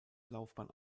laufbahn